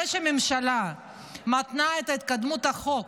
זה שהממשלה מתנה את התקדמות החוק